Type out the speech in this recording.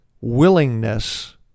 willingness